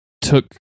took